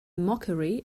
mockery